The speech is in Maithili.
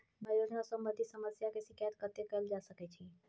बीमा योजना सम्बंधित समस्या के शिकायत कत्ते कैल जा सकै छी?